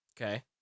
Okay